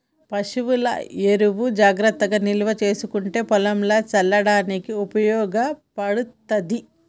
పశువుల ఎరువు జాగ్రత్తగా నిల్వ చేసుకుంటే పొలంల చల్లడానికి ఉపయోగపడ్తది